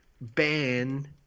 ban